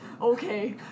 Okay